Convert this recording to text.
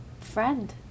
Friend